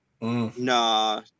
Nah